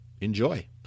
enjoy